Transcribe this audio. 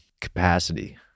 capacity